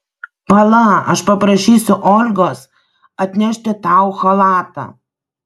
pala aš paprašysiu olgos atnešti tau chalatą